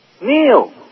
Neil